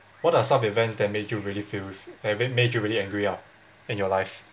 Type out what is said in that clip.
what are some events that made you really feel with I mean made you really angry ah in your life